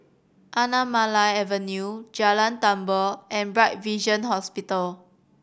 Anamalai Avenue Jalan Tambur and Bright Vision Hospital